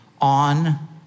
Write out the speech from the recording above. on